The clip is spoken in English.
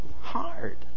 hard